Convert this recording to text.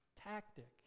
tactic